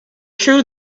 true